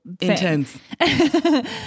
intense